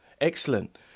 Excellent